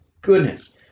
goodness